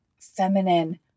feminine